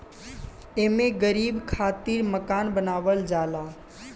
एमे गरीब खातिर मकान बनावल जाला